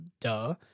Duh